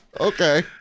Okay